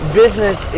business